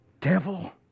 devil